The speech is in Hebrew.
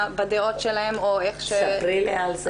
בדעות שלהן או איך ש- -- ספרי לי על זה.